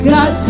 God